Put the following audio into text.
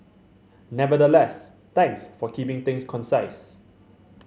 nevertheless thanks for keeping things concise